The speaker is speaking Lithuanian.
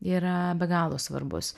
yra be galo svarbus